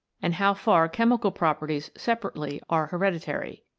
and how far chemical pro perties separately are hereditary.